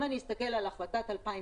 אם אני אסתכל על החלטת 2017: